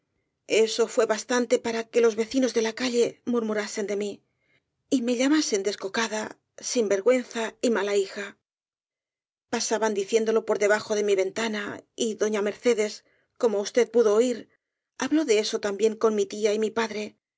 eso fué bastante para que los vecinos de la calle murmurasen de mí y me llamasen descocada sin vergüenza y mala hija pasaban diciéndolo por debajo de mi ventana y doña mercedes como usted pudo oir habló de eso también con mi tía y mi padre